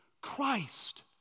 Christ